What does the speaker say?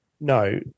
no